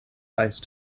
ice